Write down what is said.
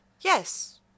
Yes